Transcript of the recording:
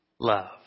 love